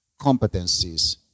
competencies